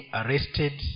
arrested